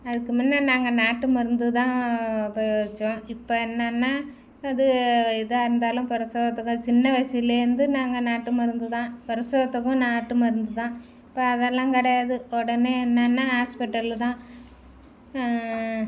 அதுக்கு முன்ன நாங்கள் நாட்டு மருந்து தான் உபயோகித்தோம் இப்போ என்னென்னால் அது எதாக இருந்தாலும் பிரசவத்துக்கு சின்ன வயதுலேருந்து நாங்கள் நாட்டு மருந்து தான் பிரசவத்துக்கும் நாட்டு மருந்து தான் இப்போ அதெல்லாம் கிடையாது உடனே என்னென்னால் ஹாஸ்பிட்டலு தான்